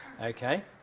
Okay